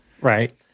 Right